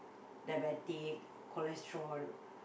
diabetic cholesterol